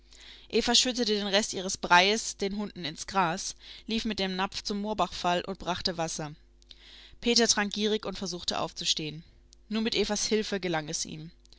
eva schüttete den rest ihres breies den hunden ins gras lief mit dem napf zum moorbachfall und brachte wasser peter trank gierig und versuchte aufzustehen nur mit evas hilfe gelang es ihm